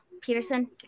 peterson